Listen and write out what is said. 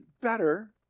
better